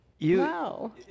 Wow